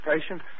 patient